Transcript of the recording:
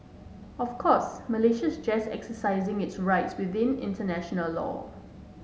of course Malaysia is just exercising its rights within international law